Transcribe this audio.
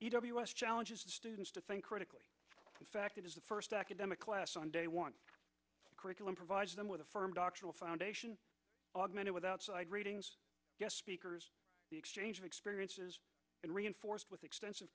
challenges students to think critically in fact it is the first academic last sunday one curriculum provides them with a firm doctoral foundation augmented with outside readings guest speakers the exchange of experiences and reinforced with extensive